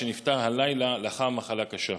שנפטר הלילה לאחר מחלה קשה.